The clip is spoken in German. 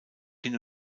hin